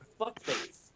fuckface